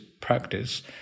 practice